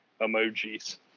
emojis